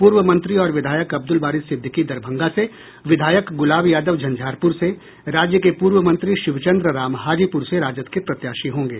पूर्व मंत्री और विधायक अब्दुल बारी सिद्दिकी दरभंगा से विधायक गुलाब यादव झंझारपुर से राज्य के पूर्व मंत्री शिवचन्द्र राम हाजीपुर से राजद के प्रत्याशी होंगे